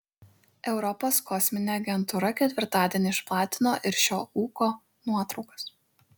europos kosminė agentūra ketvirtadienį išplatino ir šio ūko nuotraukas